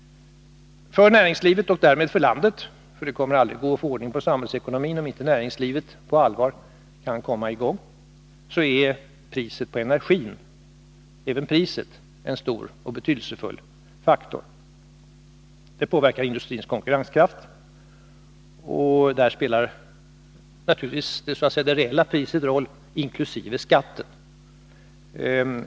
För näringslivet och därmed för landet — det kommer nämligen aldrig att gå att få ordning på samhällsekonomin, om inte näringslivet på allvar kan komma i gång — är även priset på energi en stor och betydelsefull faktor. Det påverkar industrins konkurrenskraft, och betydelsefullt är därvid naturligtvis det reella priset inkl. skatten.